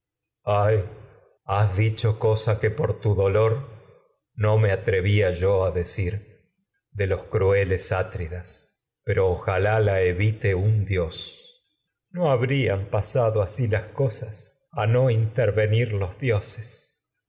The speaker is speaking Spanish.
ay has a dicho cosa que por tu dolor no me yo decir de los crueles atridas pero ojalá la evite un dios habrían tecmesa no tervenir los pasado asi las cosas a in dioses